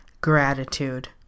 gratitude